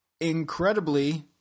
Incredibly